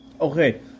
okay